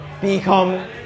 become